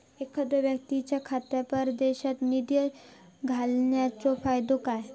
एखादो व्यक्तीच्या खात्यात परदेशात निधी घालन्याचो फायदो काय?